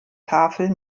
tafel